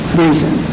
reason